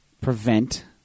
prevent